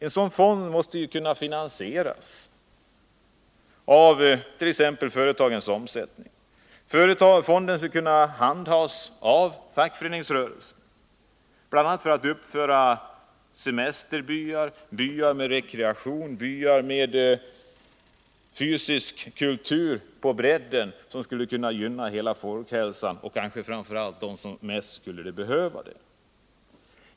En sådan fond måste kunna finansieras exempelvis av företagens omsättning. Fonden skulle kunna handhas av fackföreningsrörelsen och användas bl.a. för att uppföra semesterbyar, byar för rekreation och byar för bred fysisk kultur. Detta skulle gynna hela folkhälsan och framför allt dem som mest skulle behöva det.